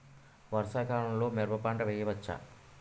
వర్షాకాలంలో మిరప పంట వేయవచ్చా?